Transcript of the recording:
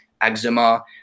eczema